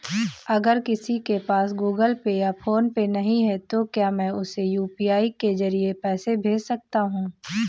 अगर किसी के पास गूगल पे या फोनपे नहीं है तो क्या मैं उसे यू.पी.आई के ज़रिए पैसे भेज सकता हूं?